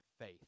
faith